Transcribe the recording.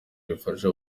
rifasha